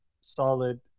solid